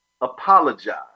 apologize